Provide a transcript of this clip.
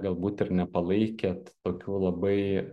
galbūt ir nepalaikėt tokių labai